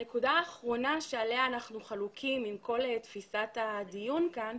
הנקודה האחרונה עליה אנחנו חלוקים עם כל תפיסת הדיון כאן.